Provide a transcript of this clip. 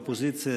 אופוזיציה,